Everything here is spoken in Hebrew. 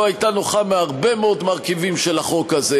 הייתה נוחה מהרבה מאוד מרכיבים של החוק הזה,